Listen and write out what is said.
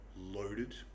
loaded